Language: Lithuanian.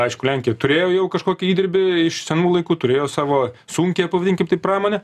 aišku lenkija turėjo jau kažkokį įdirbį iš senų laikų turėjo savo sunkią pavadinkim taip pramonę